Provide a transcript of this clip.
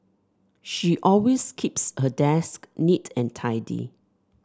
she always keeps her desk neat and tidy